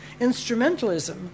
Instrumentalism